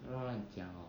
不要乱乱讲 hor